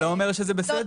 זה לא אומר שזה בסדר.